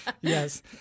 Yes